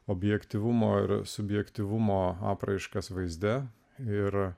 objektyvumo ir subjektyvumo apraiškas vaizde ir